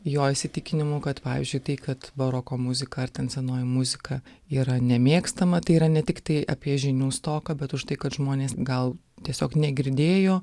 jo įsitikinimu kad pavyzdžiui tai kad baroko muzika ar ten senoji muzika yra nemėgstama tai yra ne tiktai apie žinių stoką bet už tai kad žmonės gal tiesiog negirdėjo